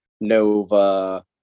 Nova